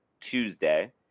Tuesday